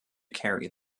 carry